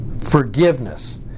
forgiveness